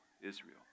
Israel